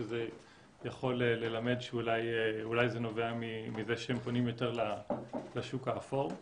שזה יכול ללמד שאולי זה נובע מה שהם פונים יותר לשוק האפור,